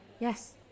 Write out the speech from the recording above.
Yes